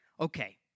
Okay